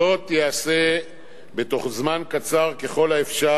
זאת ייעשה בתוך זמן קצר ככל האפשר,